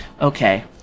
Okay